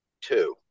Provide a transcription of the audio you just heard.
two